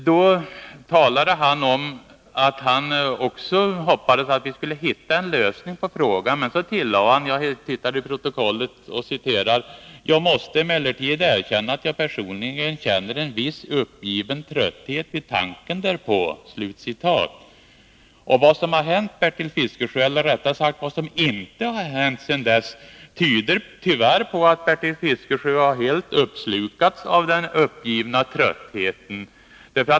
Då talade han om att också han hoppades att vi skulle hitta en lösning på frågan, men så tillade han: ”Jag måste emellertid erkänna att jag personligen känner en viss uppgiven trötthet vid tanken därpå.” Vad som sedan dess har hänt — eller rättare sagt inte har hänt — tyder tyvärr på att Bertil Fiskesjö helt har uppslukats av den uppgivna tröttheten.